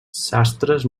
sastres